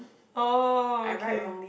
oh okay